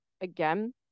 again